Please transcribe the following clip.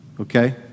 Okay